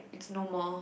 it's no more